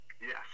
Yes